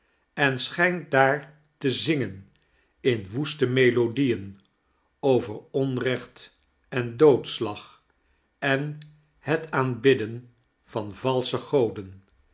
en schijnt daar te zingen in woeste melodieen over onrecht en doodslag en het aanbddden van valsche goden